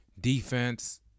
defense